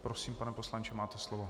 Prosím, pane poslanče, máte slovo.